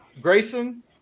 Grayson